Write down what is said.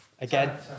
Again